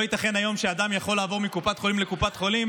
לא ייתכן היום שאדם יכול לעבור מקופת חולים לקופת חולים,